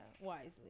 wisely